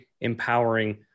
empowering